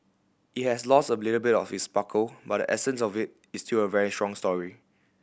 it has lost a little bit of its sparkle but essence of it is still a very strong story